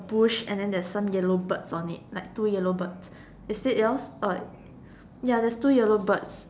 bush and then there is some yellow birds on it like two yellow bird is it yours oh ya there is two yellow birds